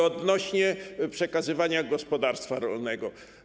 Odnośnie do przekazywania gospodarstwa rolnego.